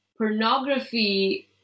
pornography